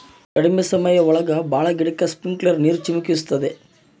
ಕಡ್ಮೆ ಸಮಯ ಒಳಗ ಭಾಳ ಗಿಡಕ್ಕೆ ಸ್ಪ್ರಿಂಕ್ಲರ್ ನೀರ್ ಚಿಮುಕಿಸ್ತವೆ